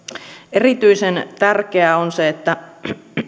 erityisen tärkeää on se että